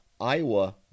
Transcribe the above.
Iowa